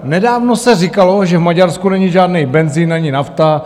Nedávno se říkalo, že v Maďarsku není žádný benzin ani nafta.